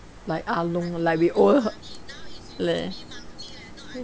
like ahlong like we owe her leh